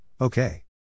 Okay